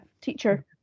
teacher